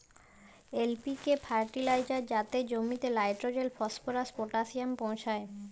LPK fertiliser যাতে জমিতে nitrogen, phosphorus, potassium পৌঁছায়